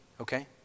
Okay